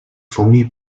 famille